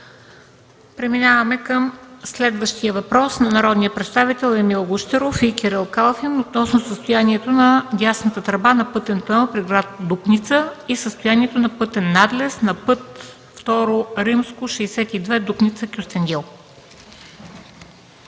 Преминаваме към следващия въпрос на народните представители Емил Гущеров и Кирил Калфин относно състоянието на дясната тръба на пътен тунел през гр. Дупница и състоянието на пътен надлез на път ІІ-62 „Дупница – Кюстендил”.